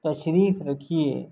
تشریف رکھیے